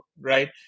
right